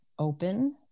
open